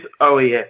OES